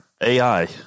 AI